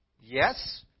Yes